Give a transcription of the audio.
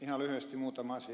ihan lyhyesti muutama asia